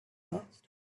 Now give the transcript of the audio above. asked